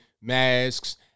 masks